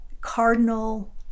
cardinal